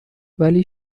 ولی